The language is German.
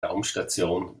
raumstation